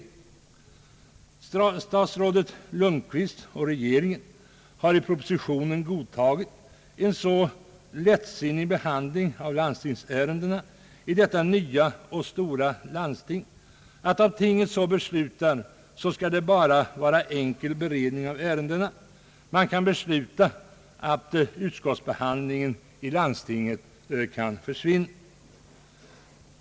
Statsrådet Lundkvist och regeringen har i propositionen godtagit en så lättsinnig behandling av landstingsärendena i detta nya stora landsting att enbart enkel beredning av ärendena skall förekomma, om tinget så beslutar. Man kan fatta beslut om att utskottsbehandlingen i landstinget skall försvinna.